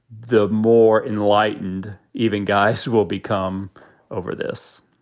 the more enlightened even guys will become over this